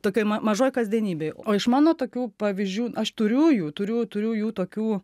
tokioj ma mažoj kasdienybėj o iš mano tokių pavyzdžių aš turiu jų turiu turiu jų tokių